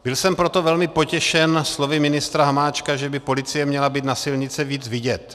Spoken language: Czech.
Byl jsem proto velmi potěšen slovy ministra Hamáčka, že by policie měla být na silnici víc vidět.